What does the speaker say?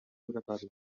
oratoris